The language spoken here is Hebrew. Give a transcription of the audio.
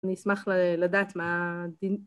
אני אשמח לדעת מה